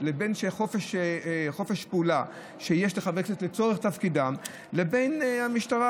וחופש פעולה שיש לחברי כנסת לצורך תפקידם לבין המשטרה.